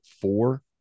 four